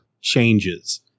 changes